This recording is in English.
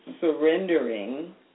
surrendering